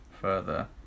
Further